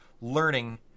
learning